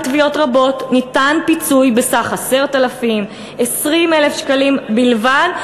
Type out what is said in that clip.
בתביעות רבות ניתן פיצוי בסך 10,000 20,000 שקלים בלבד,